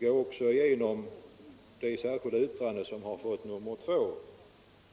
Gå också igenom det särskilda yttrande som har fått nr 2